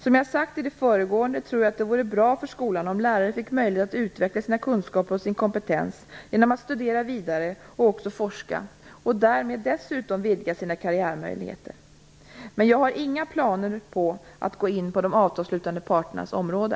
Som jag sagt i det föregående tror jag att det vore bra för skolan om lärare fick möjlighet att utveckla sina kunskaper och sin kompetens genom att studera vidare och också forska och därmed dessutom vidga sina karriärmöjligheter. Jag har dock inga planer på att gå in på de avtalsslutande parternas område.